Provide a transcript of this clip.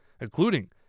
including